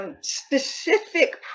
specific